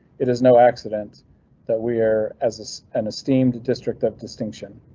it is no accident that we are as as an esteemed district of distinction.